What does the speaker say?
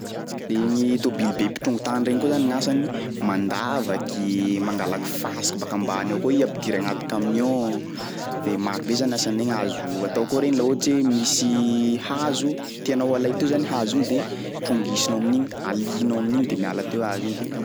Igny tôbily be mpitrongy tany regny koa zany gn'asany mandavaky, mangalaky fasiky baka ambany ao koa i ampidiry agnaty camion, de maro be zany asany igny, azo atao koa regny laha ohatsy hoe misy hazo tianao alay teo zany hazo igny de trongisinao amin'igny, halianao amin'igny de miala teo hazo igny de afaky.